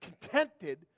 contented